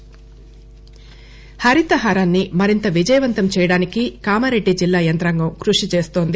నర్సరీలు హరితహారాన్ని మరింత విజయవంతం చేయడానికి కామారెడ్డి జిల్లా యంత్రాంగం కృషి చేస్తోంది